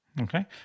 Okay